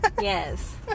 Yes